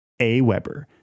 AWeber